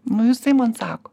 nu jisai man sako